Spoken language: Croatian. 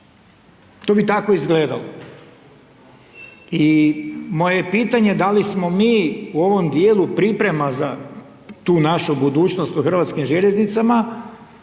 To bi tako izgledalo. I moje pitanje, da li smo mi u ovom dijelu priprema za tu našu budućnost u Hrvatskim željeznicama,